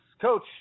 Coach